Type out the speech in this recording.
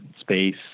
space